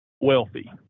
wealthy